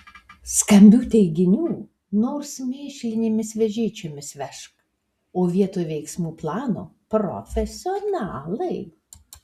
skambių teiginių nors mėšlinėmis vežėčiomis vežk o vietoj veiksmų plano profesionalai